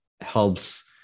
helps